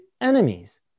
enemies